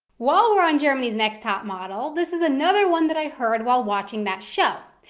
while we're on germany's next top model, this is another one that i heard while watching that show.